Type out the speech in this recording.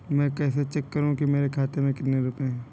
मैं कैसे चेक करूं कि मेरे खाते में कितने रुपए हैं?